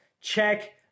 check